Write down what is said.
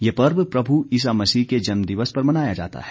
यह पर्व प्रभू ईसा मसीह के जन्मदिवस पर मनाया जाता है